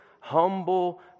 humble